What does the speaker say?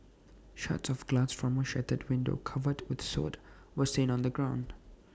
shards of glass from A shattered window covered with soot were seen on the ground